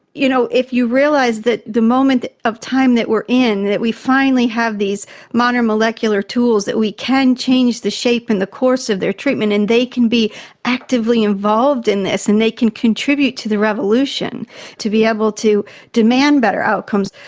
you know, if you realise that the moment of time that we're in that we finally have these modern molecular tools that we can change the shape and the course of their treatment and they can be actively involved in this, and they can contribute to the revolution to be able to demand better outcomes,